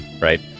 Right